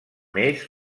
més